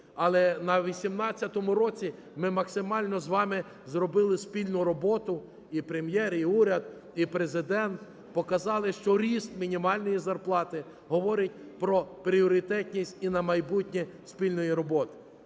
Але на 2018 році ми максимально з вами зробили спільну роботу. І Прем'єр, і уряд, і Президент показали, що ріст мінімальної зарплати говорить про пріоритетність і на майбутнє спільної роботи.